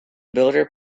builder